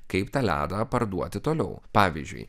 kaip tą ledą parduoti toliau pavyzdžiui